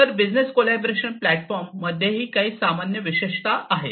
तर business collaboration platform मध्ये काही सामान्य विशेषता आहेत